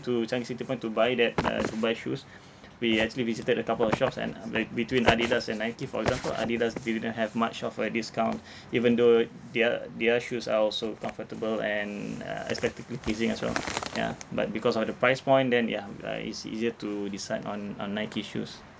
to changi city point to buy that uh to buy shoes we actually visited a couple of shops and uh like between Adidas and Nike for example Adidas didn't have much of a discount even though their their shoes are also comfortable and uh aesthetically pleasing as well yeah but because of the price point then yeah uh it's easier to decide on on Nike shoes